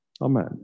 amen